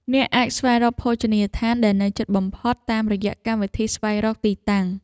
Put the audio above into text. អ្នកអាចស្វែងរកភោជនីយដ្ឋានដែលនៅជិតបំផុត តាមរយៈកម្មវិធីស្វែងរកទីតាំង។